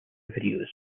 videos